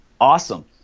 Awesome